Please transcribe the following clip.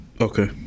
okay